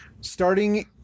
starting